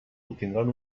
obtindran